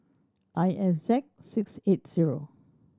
I F Z six eight zero